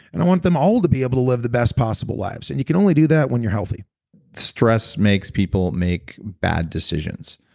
and i want them all to be able to live the best possible lives and you can only do that when you're healthy stress makes people make bad decisions.